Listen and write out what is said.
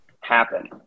happen